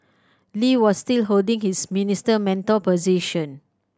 Lee was still holding his Minister Mentor position